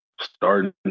starting